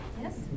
Yes